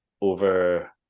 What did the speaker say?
over